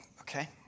Okay